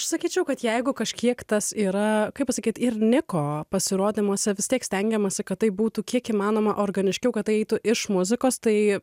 sakyčiau kad jeigu kažkiek tas yra kaip pasakyti ir niko pasirodymuose vis tiek stengiamasi kad taip būtų kiek įmanoma organiškiau kad eitų iš muzikos tai